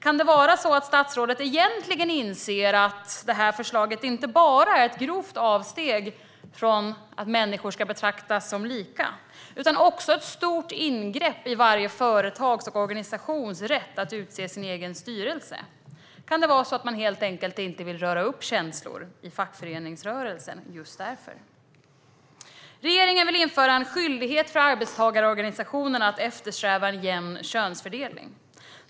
Kan det vara så att statsrådet egentligen inser att förslaget inte bara är ett grovt avsteg från att människor ska betraktas som lika utan också ett stort ingrepp i varje företags och organisations rätt att utse sin egen styrelse? Kan det vara så att man just därför helt enkelt inte vill röra upp känslor i fackföreningsrörelsen? Regeringen vill införa en skyldighet för arbetstagarorganisationerna att eftersträva en jämn könsfördelning.